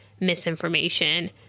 misinformation